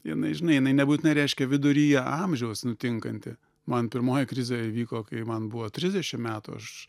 jinai žinai jinai nebūtinai reiškia viduryje amžiaus nutinkanti man pirmoji krizė įvyko kai man buvo trisdešim metų aš